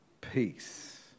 peace